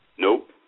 Nope